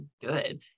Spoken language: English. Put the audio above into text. good